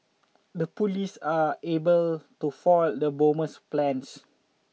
the police are able to foil the bomber's plans